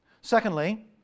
Secondly